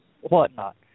whatnot